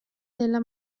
della